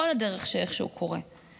כל הדרך שבה הוא קורה,